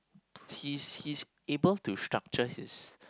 he's he's able to structure his